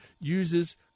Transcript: uses